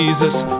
Jesus